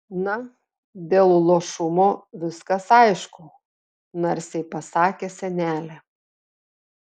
na dėl luošumo viskas aišku narsiai pasakė senelė